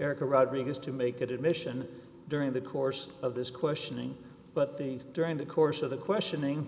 erica rodriguez to make admission during the course of this questioning but the during the course of the questioning